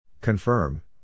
Confirm